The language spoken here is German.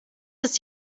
ist